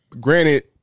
granted